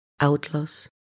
outlaws